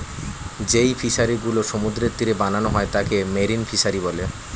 যেই ফিশারি গুলো সমুদ্রের তীরে বানানো হয় তাকে মেরিন ফিসারী বলে